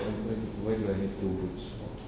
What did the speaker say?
why why do I need two boots oh